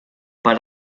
per